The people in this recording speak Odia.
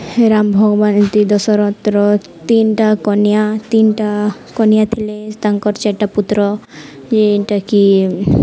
ରାମ ଭଗବାନ ଯେନ୍ତି ଦଶରଥଙ୍କର ତିନିଟା କନିଆ ତିନିଟା କନିଆ ଥିଲେ ତାଙ୍କର ଚାରିଟା ପୁତ୍ର ଯେନ୍ଟାକି